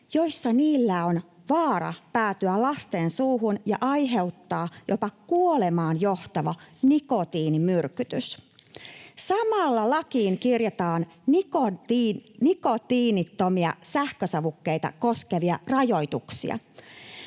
joissa niillä on vaara päätyä lasten suuhun ja aiheuttaa jopa kuolemaan johtava nikotiinimyrkytys. Samalla lakiin kirjataan nikotiinittomia sähkösavukkeita koskevia rajoituksia.